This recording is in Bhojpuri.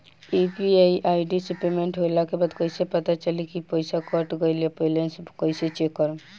यू.पी.आई आई.डी से पेमेंट होला के बाद कइसे पता चली की पईसा कट गएल आ बैलेंस कइसे चेक करम?